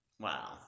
Wow